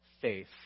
faith